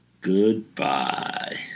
Goodbye